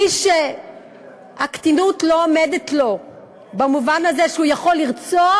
מי שהקטינוּת לא עומדת לו במובן הזה שהוא יכול לרצוח,